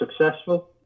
successful